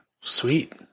Sweet